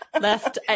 Left